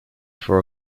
for